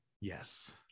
yes